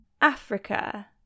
Africa